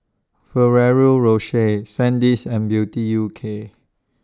Ferrero Rocher Sandisk and Beauty U K